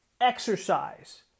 exercise